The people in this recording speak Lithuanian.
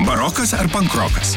barokas ar pankrokas